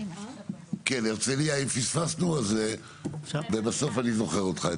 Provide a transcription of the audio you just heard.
כן הרצליה אם פספסנו ובסוף אני זוכר אותך,